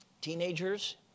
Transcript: teenagers